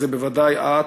אז זה בוודאי אַת,